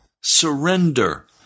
surrender